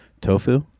tofu